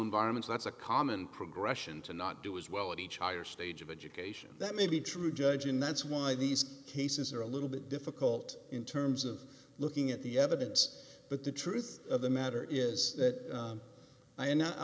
environment that's a common progression to not do as well at each higher stage of education that may be true judge and that's why these cases are a little bit difficult in terms of looking at the evidence but the truth of the matter is that